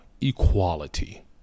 equality